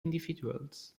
individuals